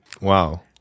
Wow